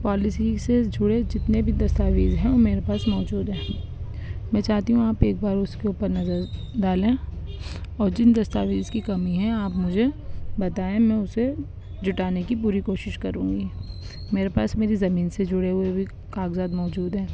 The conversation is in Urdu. پولیسی سے جڑے جتنے بھی دستاویز ہیں وہ میرے پاس موجود ہیں میں چاہتی ہوں آپ ایک بار اس کے اوپر نظر ڈالیں اور جن دستاویز کی کمی ہے آپ مجھے بتائیں میں اسے جٹانے کی پوری کوشش کروں گی میرے پاس میری زمین سے جڑے ہوئے بھی کاغذات موجود ہیں